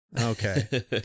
Okay